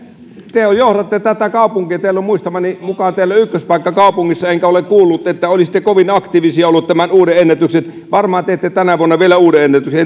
te johdatte tätä kaupunkia teillä on muistamani mukaan ykköspaikka kaupungissa enkä ole kuullut että olisitte kovin aktiivisia olleet tämän uuden ennätyksen jälkeen varmaan teette tänä vuonna vielä uuden ennätyksen